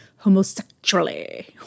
homosexually